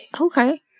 okay